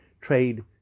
Trade